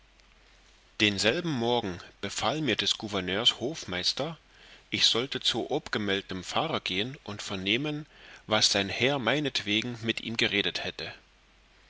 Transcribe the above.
denselben morgen befahl mir des gouverneurs hofmeister ich sollte zu obgemeldtem pfarrer gehen und vernehmen was sein herr meinetwegen mit ihm geredet hätte